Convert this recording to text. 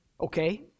okay